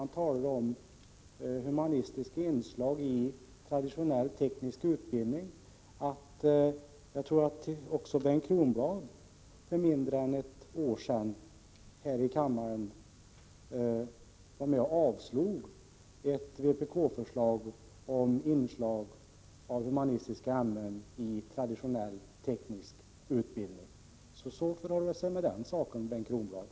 För informationens skull vill jag påminna Bengt Kronblad om att jag tror att också han för mindre än ett år sedan var med om att här i kammaren avslå ett vpk-förslag om inslag av humanistiska ämnen i traditionell teknisk utbildning. Så förhåller det sig med den saken, Bengt Kronblad.